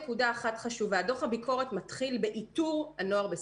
דוח הביקורת מתחיל באיתור נוער בסיכון.